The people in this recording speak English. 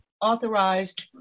authorized